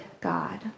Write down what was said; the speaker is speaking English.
god